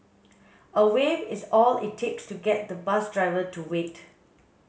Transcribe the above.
a wave is all it takes to get the bus driver to wait